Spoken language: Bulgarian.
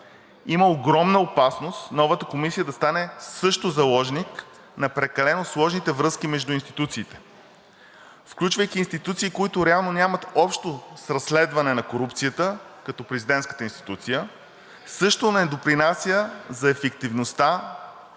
Има огромна опасност новата комисия също да стане заложник на прекалено сложните връзки между институциите. Включвайки институции, които реално нямат общо с разследване на корупцията като президентската институция, също не допринася за ефективността